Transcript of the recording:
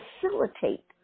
facilitate